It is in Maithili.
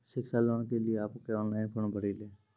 शिक्षा लोन के लिए आप के ऑनलाइन फॉर्म भरी ले?